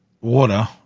water